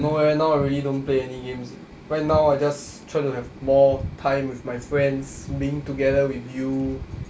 no eh now I really don't play any games eh right now I just try to have more time with my friends being together with you